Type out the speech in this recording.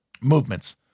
movements